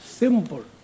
Simple